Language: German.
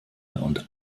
und